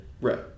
Right